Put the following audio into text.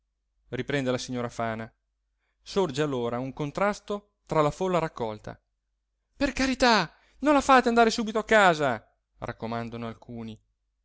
riprende la signora fana sorge allora un contrasto tra la folla raccolta per carità non la fate andare subito a casa raccomandano alcuni